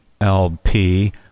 LP